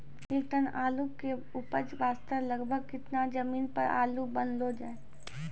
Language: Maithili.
एक टन आलू के उपज वास्ते लगभग केतना जमीन पर आलू बुनलो जाय?